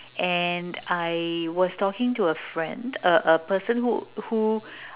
and I was talking to a friend a a person who who